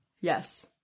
Yes